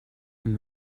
and